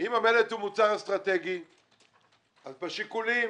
המלט הוא מוצר אסטרטגי אז בשיקולים